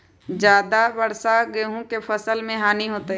ज्यादा वर्षा गेंहू के फसल मे हानियों होतेई?